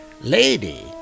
Lady